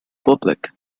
public